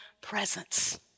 presence